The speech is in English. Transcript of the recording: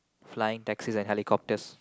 flying taxis and helicopters